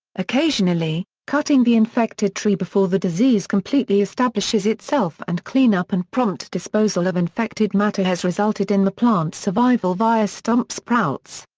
occasionally, cutting the infected tree before the disease completely establishes itself and cleanup and prompt disposal of infected matter has resulted in the plant's survival via stump-sprouts.